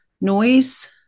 noise